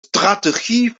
strategie